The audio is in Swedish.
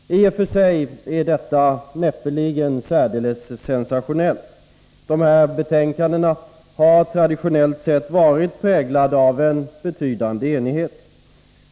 I och för sig är detta näppeligen särdeles sensationellt. De här betänkandena har traditionellt sett varit präglade av en betydande enighet.